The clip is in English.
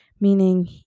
Meaning